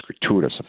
gratuitous